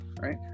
Right